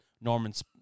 Norman's